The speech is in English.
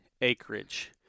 acreage